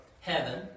heaven